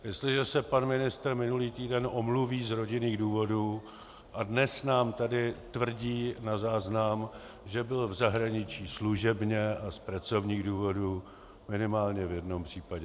Jestliže se pan ministr minulý týden omluví z rodinných důvodů a dnes nám tu tvrdí na záznam, že byl v zahraničí služebně a z pracovních důvodů, minimálně v jednom případě lhal.